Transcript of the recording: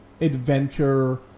adventure